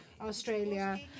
Australia